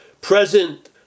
present